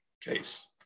case